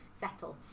settle